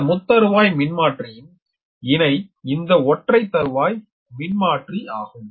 இந்த முத்தருவாய் மின்மாற்றியின் இணை இந்த ஒற்றை தருவாய் மின்மாற்றி ஆகும்